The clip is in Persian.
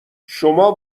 شما